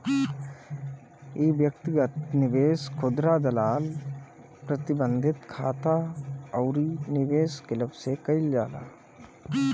इ व्यक्तिगत निवेश, खुदरा दलाल, प्रतिबंधित खाता अउरी निवेश क्लब से कईल जाला